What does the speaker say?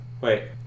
Wait